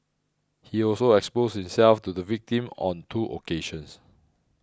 he also exposed himself to the victim on two occasions